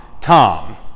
Tom